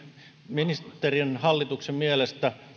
ministerin hallituksen mielestä